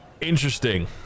Interesting